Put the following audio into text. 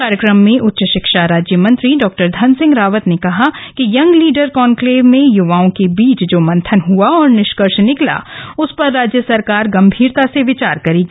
कार्यक्रम में उच्च शिक्षा राज्य मंत्री डा धन सिंह रावत ने कहा कि यंग लीडर कान्क्लेव में युवाओं के बीच जो मंथन हुआ और निष्कर्ष निकला उस पर राज्य सरकार गम्भीरता से विचार करेगी